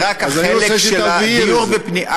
אז, אני רוצה שתבהיר את זה.